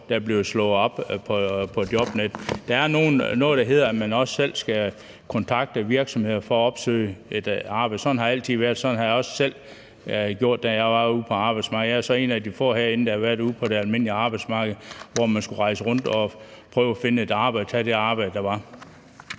der bliver slået op på Jobnet. Der er også noget, der handler om, at man selv skal kontakte virksomheder for at opsøge et arbejde. Sådan har det altid været, og sådan har jeg også selv gjort, da jeg var ude på arbejdsmarkedet. Jeg er så en af de få herinde, der har været ude på det almindelige arbejdsmarked, hvor man skulle rejse rundt og prøve at finde et arbejde og tage det arbejde, der var.